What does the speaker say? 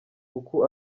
uku